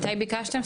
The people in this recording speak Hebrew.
מתי ביקשתם?